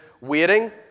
waiting